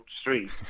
street